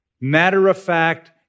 matter-of-fact